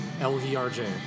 L-V-R-J